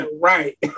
Right